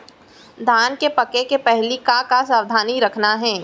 धान के पके के पहिली का का सावधानी रखना हे?